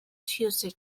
tuesday